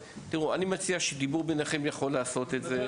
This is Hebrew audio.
אני מציע שתדברו ביניכם כי יכול להיות שאפשר יהיה לעשות את זה.